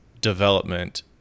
development